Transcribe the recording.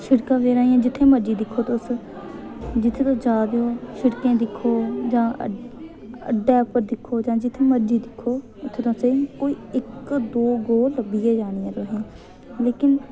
शिड़का बजारै जित्थै मर्जी दिक्खो तुस जित्थै तुस जा दे ओ शिड़कें दिक्खो जां अड्डे पर दिक्खो जां जित्थै मर्जी दिक्खो उत्थै तुसें गी कोई इक दो गौ लब्भी गै जानी तुसें गी लेकिन